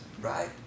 right